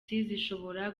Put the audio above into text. zishobora